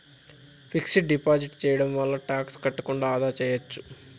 fixed deposit సేయడం వల్ల tax కట్టకుండా ఆదా సేయచ్చు